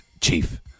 Chief